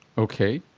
okay.